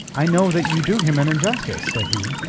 i know that you do him an injustice, said he.